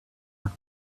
have